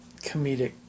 comedic